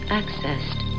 accessed